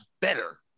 better